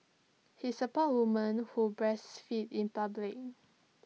he supports woman who breastfeed in public